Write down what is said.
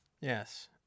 Yes